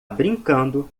brincando